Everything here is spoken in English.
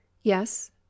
Yes